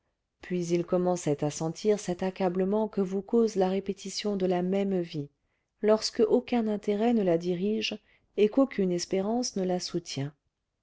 puis il commençait à sentir cet accablement que vous cause la répétition de la même vie lorsque aucun intérêt ne la dirige et qu'aucune espérance ne la soutient